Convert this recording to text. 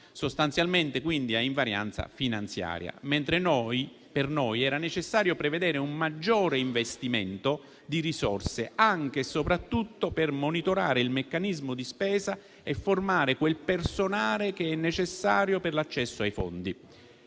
(sostanzialmente, quindi, a invarianza finanziaria), mentre per noi era necessario prevedere un maggior investimento di risorse anche e soprattutto per monitorare il meccanismo di spesa e formare il personale necessario all'accesso ai fondi.